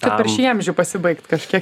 kad per šį amžių pasibaigt kažkiek